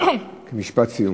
משפט סיום.